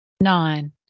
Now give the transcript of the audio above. Nine